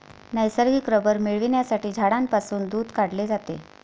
नैसर्गिक रबर मिळविण्यासाठी झाडांपासून दूध काढले जाते